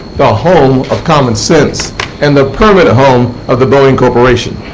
the home of common sense and the permanent home of the boeing corporation,